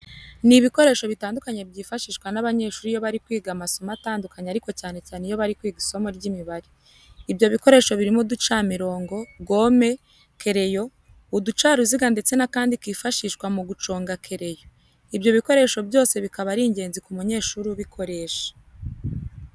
Ni ibikoresho bitandukanye byifashishwa n'abanyeshuri iyo bari kwiga amasomo atandukanye ariko cyane cyane iyo bari kwiga isomo ry'Imibare. Ibyo bikoresho birimo uducamirongo, gome, kereyo, uducaruziga ndetse n'akandi kifashishwa mu guconga kereyo. Ibyo bikoresho byose bikaba ari ingenzi ku munyeshuri ubikoresha.